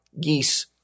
geese